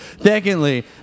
Secondly